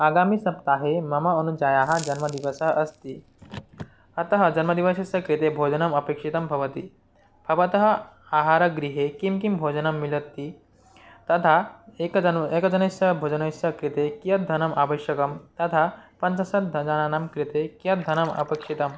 आगामि सप्ताहे मम अनुजायाः जन्मदिवसः अस्ति अतः जन्मदिवसस्य कृते भोजनम् अपेक्षितं भवति भवतः आहारगृहे किम् किं भोजनं मिलति तथा एकजनु एकजनस्य भोजनस्य कृते कियद्धनम् आवश्यकं तथा पञ्चाशज्जनानां कृते कियद्धनम् अपेक्षितम्